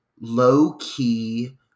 low-key